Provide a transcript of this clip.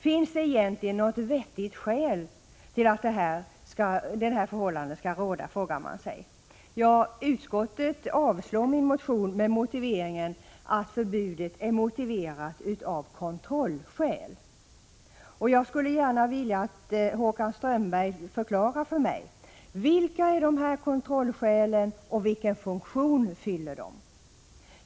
Finns det egentligen något vettigt skäl till att det förhållandet skall råda? frågar man sig. Utskottet avstyrker min motion med motiveringen att förbudet är motiverat av kontrollskäl. Jag skulle gärna vilja att Håkan Strömberg förklarade för mig: Vilka är de här kontrollskälen, och vilken funktion fyller de?